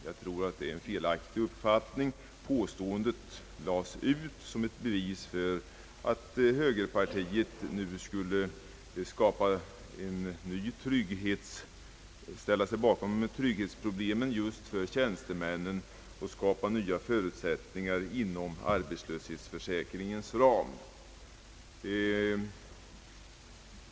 Jag tror att den uppfattningen är felaktig, påståendet lades ut som ett bevis för att högerpartiet nu skulle ställa sig bakom önskemålet om trygghet just för tjänstemännen och ett försök att skapa nya förutsättningar inom arbetslöshetsförsäkringens ram.